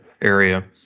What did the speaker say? area